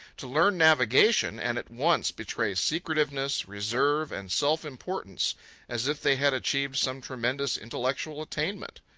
to learn navigation and at once betray secretiveness, reserve, and self-importance as if they had achieved some tremendous intellectual attainment.